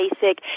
basic